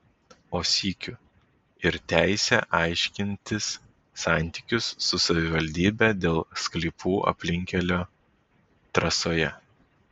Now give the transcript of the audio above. o sykiu ir teisę aiškintis santykius su savivaldybe dėl sklypų aplinkkelio trasoje